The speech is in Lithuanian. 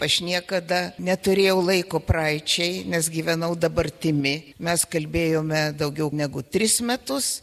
aš niekada neturėjau laiko praeičiai nes gyvenau dabartimi mes kalbėjome daugiau negu tris metus